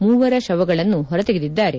ಮೂವರ ಶವಗಳನ್ನು ಹೊರತೆಗೆದಿದ್ದಾರೆ